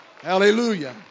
Hallelujah